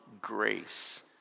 grace